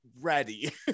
ready